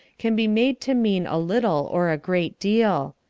can be made to mean a little or a great deal.